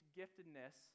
giftedness